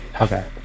Okay